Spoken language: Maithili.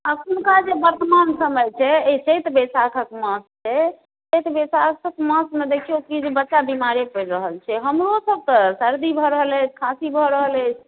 एखुनका जे वर्तमान समय छै एहि चैत बैशाखक मास छै चैत बैशाखक मासमे देखियौ कि जे बच्चा बीमारे पड़ि रहल छै हमरोसभके सर्दी भऽ रहल अछि खाँसी भऽ रहल अछि